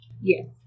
Yes